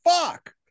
fuck